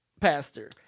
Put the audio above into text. pastor